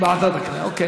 ועדת הכנסת, אוקיי.